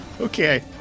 Okay